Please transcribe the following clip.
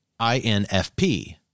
INFP